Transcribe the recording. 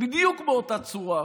בדיוק באותה צורה.